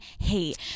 hate